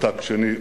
בתג שני,